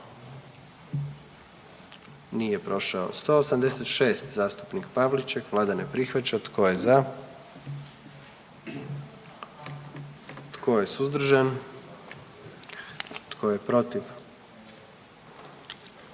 44. Kluba zastupnika SDP-a, vlada ne prihvaća. Tko je za? Tko je suzdržan? Tko je protiv?